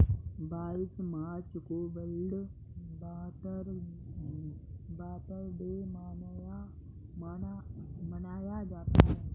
बाईस मार्च को वर्ल्ड वाटर डे मनाया जाता है